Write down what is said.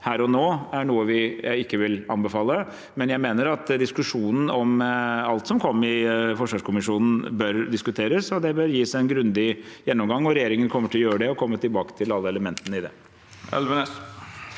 her og nå er noe vi ikke vil anbefale. Men jeg mener at diskusjonen om alt som kom fra forsvarskommisjonen, bør diskuteres og gis en grundig gjennomgang, og regjeringen kommer til å gjøre det og komme tilbake til alle elementene i det.